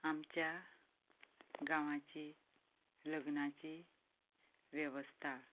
आमच्या गांवची लग्नाची वेवस्था